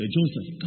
Joseph